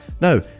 No